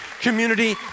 community